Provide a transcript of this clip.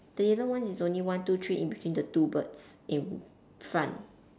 the yellow one is only one two three in between the two birds in front